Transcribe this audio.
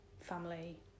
family